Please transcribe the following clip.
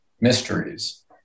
mysteries